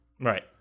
Right